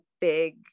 big